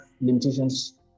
limitations